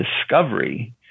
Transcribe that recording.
discovery